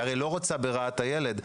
היא הרי לא רוצה ברעת הילד.